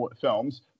films